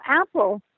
Apple